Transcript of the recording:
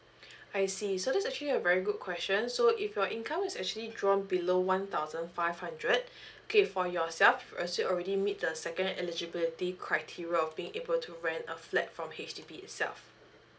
I see so that's actually a very good question so if your income is actually drawn below one thousand five hundred K for yourself as you already meet the second eligibility criteria of being able to rent a flat from H_D_B itself